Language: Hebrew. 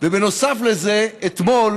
ובנוסף לזה, אתמול